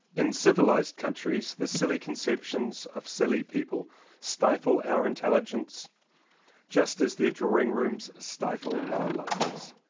in civilized countries the silly concep tions of silly people stifle our intelligence just as their drawing rooms stifle our lungs,